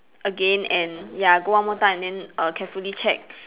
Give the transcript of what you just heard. again and ya go one more time and then err carefully check